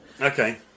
Okay